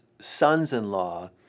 sons-in-law